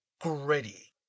gritty